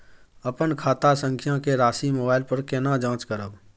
अपन खाता संख्या के राशि मोबाइल पर केना जाँच करब?